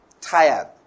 tired